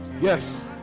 Yes